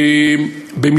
מחר,